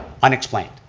unexplained.